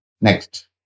Next